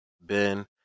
Ben